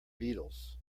beatles